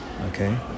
Okay